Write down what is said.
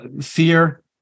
fear